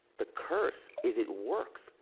the curse is it works,